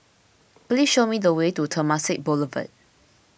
please show me the way to Temasek Boulevard